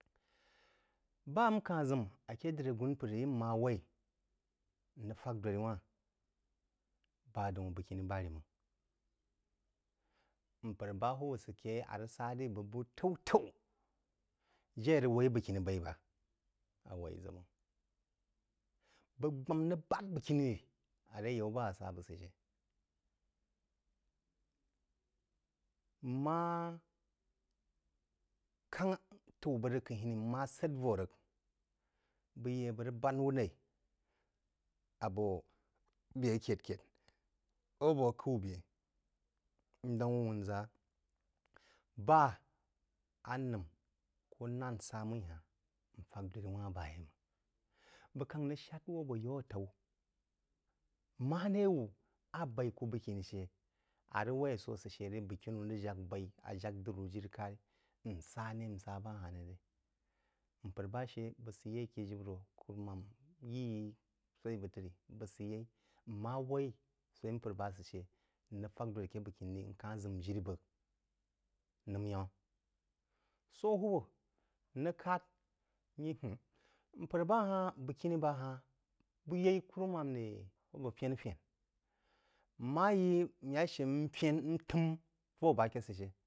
Ba n ka-h ʒim aké dirí agūn’ mpər rí n ma waí n rəg fāk dōd rí wanh-bá daun bəgkinī bādrí məng. Mpər bá hūwūb sə ké yei a rəg sá dirī bəg bú t’u-t’u, jé á rəg waī bəgkīnī baī bá, bəg gbām rəg bād bəgkiní rí a ré yaú bá á sá bəg sə shə. N̄ má káng t’u bəg rəg k’əkhinī, n má səd vō rəg, bəg ye a bəgk rəg bād wú naī a bō bē akyə-kyəd or abō a’k’ú bē n dáng wú wūnʒá bá a nəm kō nān sá mmī ha-hn n fák dōd rí wanh ba yeí máng, bəg káng rəg shād wú abō yaú àtaú, mare wú a baí ku bəgkiní shə, a rəg waí a sō sə shə rí bəgkini wu rəg ják baí a sō sə shə rí bəgkiní wu rəg ják baí, a jak diri wú jiri-karí “n̄ sa’ ré n sá ba ha-hn ré rē? Mpər ba shə bəg sə yeī aké jibəro, kurumam yi yí swaí bəg trí, bəg sə yeí. Ń ma waí mpər ba sə shə n rəg fak dōdi aké bəgkiníí, n ka-hn ʒəm jiri bəg nəm y’amá. Sō hūwūb n rəg kād n yí :huh mpər bá hahn bəgkini ba hahn bəg yeí kùrúmām ré kō bəg fəna-fəna? N̄ má yí n yaú shə n fən, n təm vō bá ké sə shə